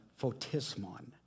photismon